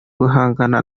guhangana